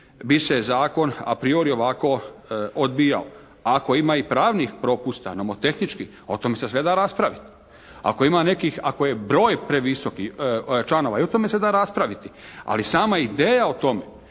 bi se zakon a priori ovako odbijao. Ako ima i pravnih propusta, nomotehničkih, o tome se sve da raspraviti. Ako ima nekih ako je broj previsoki članova i o tome se da raspraviti. Ali sama ideja o tome